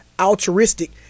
altruistic